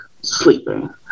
sleeping